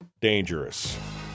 dangerous